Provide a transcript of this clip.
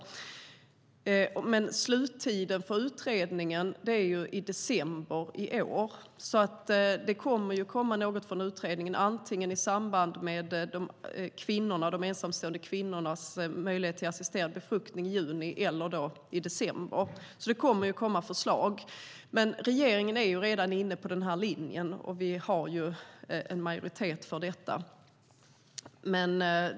Men sluttiden för utredningen är december i år. Utredningen kommer alltså att komma med något förslag, antingen i samband med de ensamstående kvinnornas möjlighet till assisterad befruktning i juni eller i december. Men regeringen är redan inne på den här linjen, och vi har en majoritet för detta.